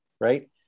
right